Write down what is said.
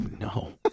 No